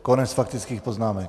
Konec faktických poznámek.